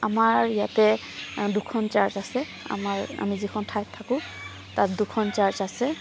আমাৰ ইয়াতে দুখন চাৰ্ছ আছে আমাৰ আমি যিখন ঠাইত থাকোঁ তাত দুখন চাৰ্ছ আছে